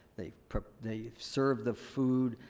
they prep, they serve the food.